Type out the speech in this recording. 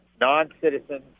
non-citizens